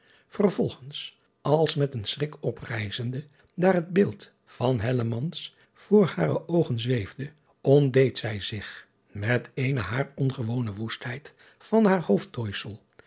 ervolgens als met een schrik oprijzende daar het beeld van voor hare oogen zweefde ontdeed zij zich met eene haar ongewone woestheid van haar hoofdtooisel